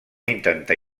intentar